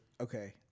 Okay